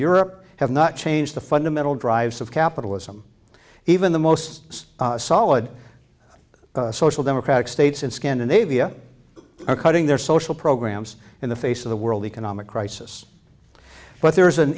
europe have not changed the fundamental drives of capitalism even the most solid social democratic states in scandinavia are cutting their social programs in the face of the world economic crisis but there is an